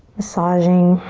massaging